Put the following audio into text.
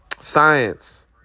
science